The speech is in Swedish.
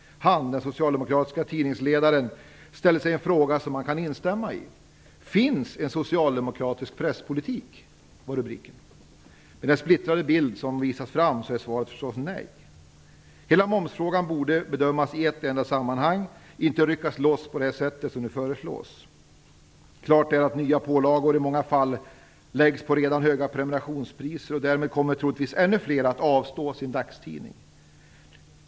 Han, den socialdemokratiske tidningsledaren, ställde en fråga som man kan instämma i. Rubriken var: Finns en socialdemokratisk presspolitik? Med den splittrade bild som visas fram är förstås svaret nej. Hela momsfrågan borde bedömas i ett enda sammanhang, inte ryckas loss på det sätt som nu föreslås. Klart är att nya pålagor i många fall läggs på redan höga prenumerationspriser. Därmed kommer troligtvis ännu fler att avstå från sin dagstidning.